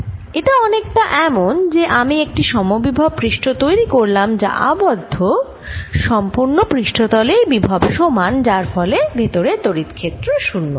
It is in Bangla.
এটা অনেকটা এমন যে আমি একটি সমবিভব পৃষ্ঠ তৈরি করলাম যা আবদ্ধ সম্পূর্ণ পৃষ্ঠতলেই বিভব সমান যার ফলে ভেতরে তড়িৎ ক্ষেত্র 0